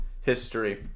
history